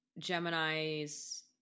Gemini's